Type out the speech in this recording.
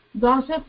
gossip